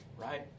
Right